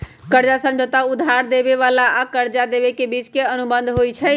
कर्जा समझौता उधार लेबेय आऽ कर्जा देबे के बीच के अनुबंध होइ छइ